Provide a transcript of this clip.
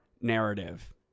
narrative